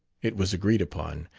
it was agreed upon,